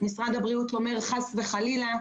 משרד הבריאות אומר: חס וחלילה.